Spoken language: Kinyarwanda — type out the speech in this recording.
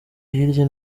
hirya